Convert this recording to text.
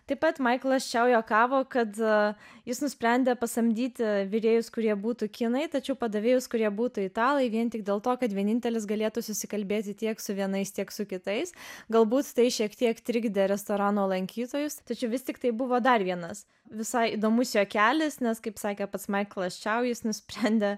taip pat maiklas čiau juokavo kad jis nusprendė pasamdyti virėjus kurie būtų kinai tačiau padavėjus kurie būtų italai vien tik dėl to kad vienintelis galėtų susikalbėti tiek su vienais tiek su kitais galbūt tai šiek tiek trikdė restorano lankytojus tačiau vis tiktai buvo dar vienas visai įdomus juokelis nes kaip sakė pats maiklas čiau jis nusprendė